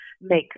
make